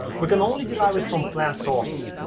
we can only derive it from plant sources.